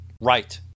Right